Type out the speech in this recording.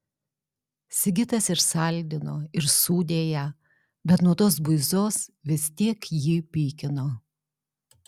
sigitas ir saldino ir sūdė ją bet nuo tos buizos vis tiek jį pykino